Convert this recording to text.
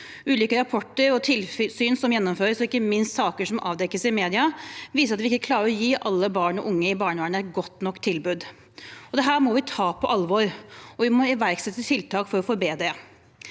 Ulike rapporter og tilsyn som gjennomføres, og ikke minst saker som avdekkes i mediene, viser at vi ikke klarer å gi alle barn og unge i barnevernet et godt nok tilbud. Dette må vi ta på alvor, og vi må iverksette tiltak for å forbedre det.